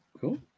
cool